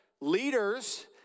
leaders